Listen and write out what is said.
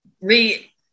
re